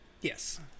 Yes